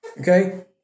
Okay